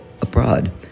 abroad